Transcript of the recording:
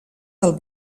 del